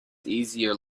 easier